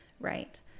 Right